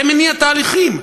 זה מניע תהליכים.